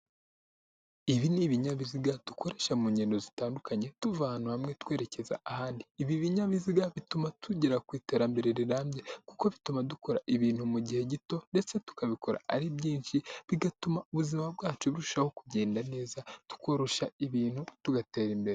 Ibi ni ibinyabiziga dukoresha mu ngendo zitandukanye, tuva ahantu hamwe twerekeza ahandi. Ibi binyabiziga bituma tugera ku iterambere rirambye kuko bituma dukora ibintu mu gihe gito ndetse tukabikora ari byinshi, bigatuma ubuzima bwacu burushaho kugenda neza, tukoroshya ibintu, tugatera imbere.